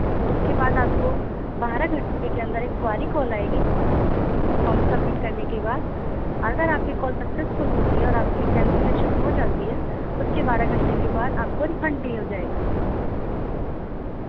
اس کے بعد آپ کو بارہ گھنٹے کے اندر ایک کوائری کال آئے گی فام سبمٹ کرنے کے بعد اگر آپ کی کال سکسیسفل ہوتی ہے اور آپ کی کینسلیشن ہو جاتی ہے اس کے بارہ گھنٹے کے بعد آپ کو ریفنڈ بھی ہو جائے گا